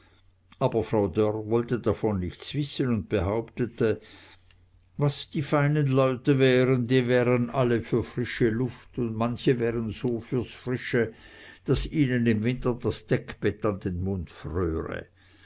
aber frau dörr wollte davon nichts wissen und behauptete was die feinen leute wären die wären alle für frische luft und manche wären so fürs frische daß ihnen im winter das deckbett an den mund